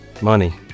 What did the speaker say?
money